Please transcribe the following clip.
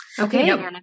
Okay